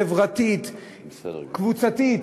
חברתית, קבוצתית.